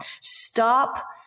Stop